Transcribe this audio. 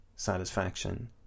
Satisfaction